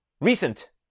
recent